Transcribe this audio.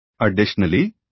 Additionally